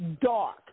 dark